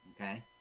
okay